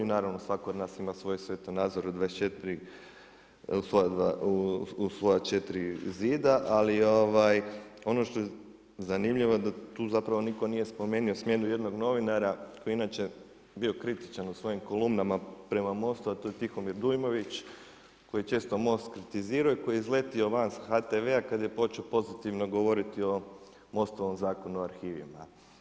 Naravno svako od nas ima svoj svjetonazor u svoja 4 zida, ali ono što je zanimljivo da nitko nije spomenuo smjenu jednog novinara koji je inače bio kritičan u svojim kolumnama prema MOST-u a to je Tihomir Dujmović koji je često MOST kritizirao i koji je izletio van sa HTV-a kad je počeo pozitivno govoriti o MOST-ovom Zakonu o arhivima.